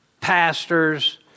pastors